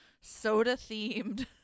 soda-themed